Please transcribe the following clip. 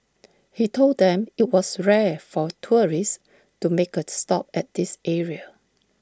he told them IT was rare for tourists to make A stop at this area